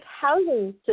housing